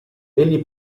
egli